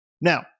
Now